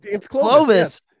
Clovis